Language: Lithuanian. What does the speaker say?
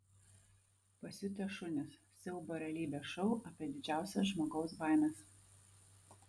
pasiutę šunys siaubo realybės šou apie didžiausias žmogaus baimes